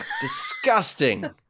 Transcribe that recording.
Disgusting